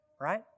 right